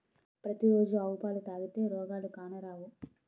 పతి రోజు ఆవు పాలు తాగితే రోగాలు కానరావు